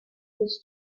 was